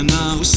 now